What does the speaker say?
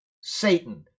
Satan